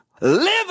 live